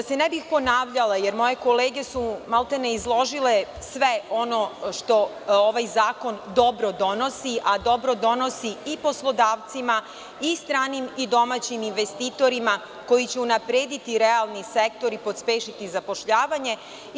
Da se ne bih ponavljala, jer moje kolege su maltene izložile sve ono što ovaj zakon dobro donosi, a dobro donosi i poslodavcima i stranim i domaćim investitorima koji će unaprediti realni sektor i pospešiti zapošljavanje.